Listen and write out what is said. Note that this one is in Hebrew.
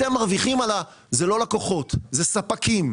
אתם מרוויחים, זה לא לקוחות, זה ספקים.